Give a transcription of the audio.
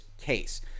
case